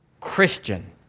Christian